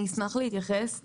אני אשמח להתייחס.